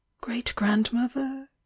great-grandmother